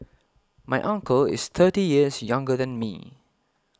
my uncle is thirty years younger than me